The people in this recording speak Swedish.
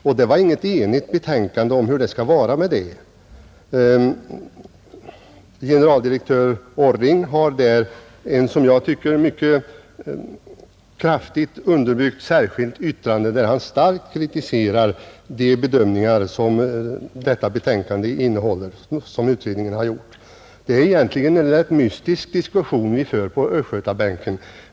Och det var inget enigt betänkande — generaldirektör Orring har där ett, som jag tycker, mycket kraftigt underbyggt särskilt yttrande, i vilket han starkt kritiserar de bedömningar som utredningen har gjort och som betänkandet innehåller. Det är egentligen en rätt mystisk diskussion vi för på östgötabanken.